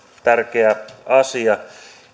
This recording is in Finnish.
tärkeä asia